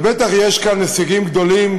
ובטח יש כאן הישגים גדולים,